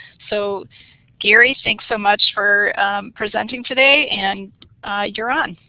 so gary, thanks so much for presenting today and you're on.